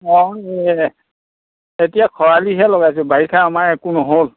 অঁ এতিয়া খৰালিহে লগাইছোঁ বাৰিষা আমাৰ একো নহ'ল